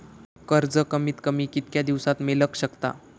कर्ज कमीत कमी कितक्या दिवसात मेलक शकता?